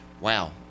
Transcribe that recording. wow